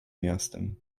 miastem